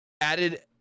added